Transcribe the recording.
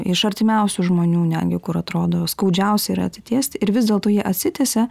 iš artimiausių žmonių netgi kur atrodo skaudžiausia yra atsitiesti ir vis dėlto jie atsitiesia